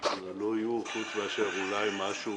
הזדמנויות נוספות למעט דברים